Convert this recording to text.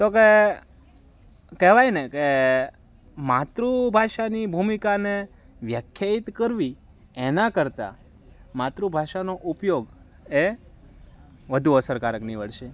તો કે કહેવાય ને કે માતૃભાષાની ભૂમિકાને વ્યાખ્યાયિત કરવી એનાં કરતાં માતૃભાષાનો ઉપયોગ એ વધુ અસરકારક નીવડશે